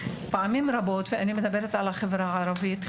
פעמים רבות ואני מדברת על החברה הערבית,